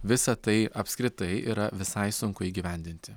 visa tai apskritai yra visai sunku įgyvendinti